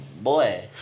Boy